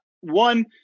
one